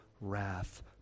wrath